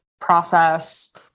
process